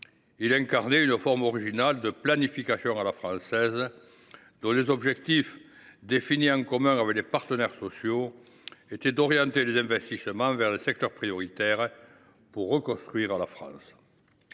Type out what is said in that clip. Il incarnait une forme originale de planification à la française, dont les objectifs, définis en commun avec les partenaires sociaux, étaient d’orienter les investissements vers les secteurs prioritaires pour reconstruire la France.